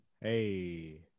hey